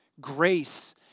Grace